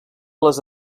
les